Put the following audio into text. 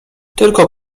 tylko